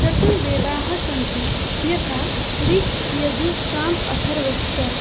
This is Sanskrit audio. चतुर्वेदाः सन्ति यथा ऋक् यजुस्साम अथर्वश्च